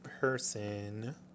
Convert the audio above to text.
person